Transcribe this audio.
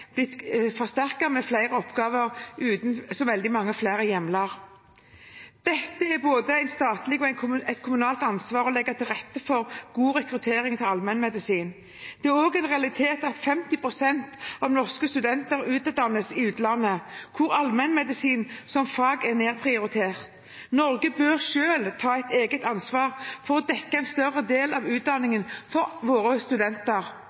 blitt forsterket i form av flere oppgaver – uten så veldig mange flere hjemler. Det er både et statlig og et kommunalt ansvar å legge til rette for god rekruttering til allmennmedisin. Det er også en realitet at 50 pst. av norske studenter utdannes i utlandet, hvor allmennmedisin som fag er nedprioritert. Norge bør selv ta ansvar for å dekke en større del av utdanningen til våre studenter.